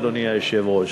אדוני היושב-ראש.